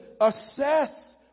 assess